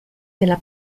della